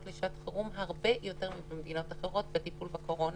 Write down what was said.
לשעת חירום הרבה יותר ממדינות אחרות בטיפול בקורונה.